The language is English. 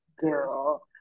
girl